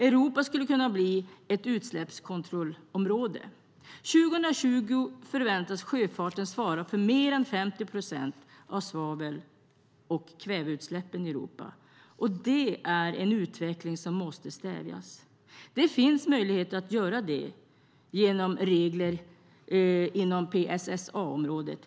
Europa skulle kunna bli ett utsläppskontrollområde. År 2020 förväntas sjöfarten svara för mer än 50 procent av svavel och kväveutsläppen i Europa. Det är en utveckling som måste stävjas. Det finns möjligheter att göra det genom regler inom PSSA-området.